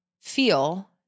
feel